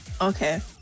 Okay